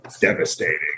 devastating